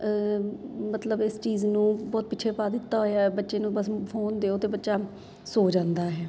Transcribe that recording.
ਮਤਲਬ ਇਸ ਚੀਜ਼ ਨੂੰ ਬਹੁਤ ਪਿੱਛੇ ਪਾ ਦਿੱਤਾ ਹੋਇਆ ਬੱਚੇ ਨੂੰ ਬਸ ਫੋਨ ਦਿਓ ਅਤੇ ਬੱਚਾ ਸੌਂ ਜਾਂਦਾ ਹੈ